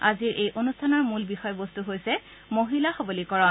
আজিৰ এই অনুষ্ঠানৰ মূল বিষয়বস্তু হৈছে মহিলা সৱলীকৰণ